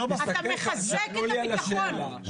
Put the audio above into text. אתה מחזק את הביטחון.